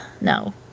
No